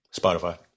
spotify